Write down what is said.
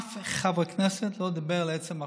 אף חבר כנסת לא דיבר לעצם החוק.